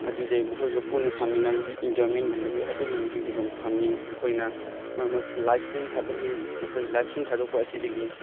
ꯑꯗꯨꯗ ꯃꯈꯣꯏꯒ ꯄꯨꯟꯅ ꯁꯥꯟꯅꯃꯤꯟꯅꯕꯒꯤ ꯏꯟꯖꯣꯏꯃꯦꯟꯒꯨꯝꯕꯁꯦ ꯑꯗꯨꯒꯨꯝꯕꯗꯤ ꯑꯗꯨꯝ ꯐꯪꯏ ꯃꯈꯣꯏꯅ ꯃꯔꯛ ꯃꯔꯛ ꯂꯥꯏꯐ ꯏꯁꯇ꯭ꯔꯤꯝ ꯊꯥꯗꯣꯛꯏ ꯃꯈꯣꯏ ꯂꯥꯏꯐ ꯏꯁꯇ꯭ꯔꯤꯝ ꯊꯥꯗꯣꯛꯄ ꯑꯁꯤꯗꯒꯤ